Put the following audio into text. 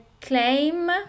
claim